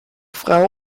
frau